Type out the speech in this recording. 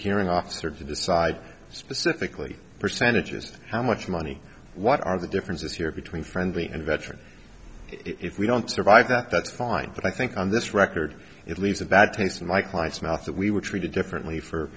hearing officer to decide specifically percentages how much money what are the differences here between friendly and veteran if we don't survive that that's fine but i think on this record it leaves a bad taste in my client's mouth that we were treated differently for